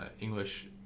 English